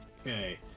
Okay